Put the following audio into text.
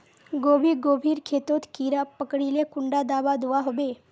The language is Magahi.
गोभी गोभिर खेतोत कीड़ा पकरिले कुंडा दाबा दुआहोबे?